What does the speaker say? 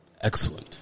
Excellent